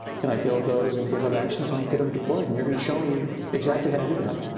can i build those in github actions and get them deployed? and you're going to show me exactly how to do that.